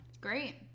Great